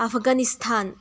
Afghanistan